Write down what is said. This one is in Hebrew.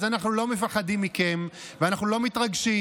אז אנחנו לא מפחדים מכם ואנחנו לא מתרגשים.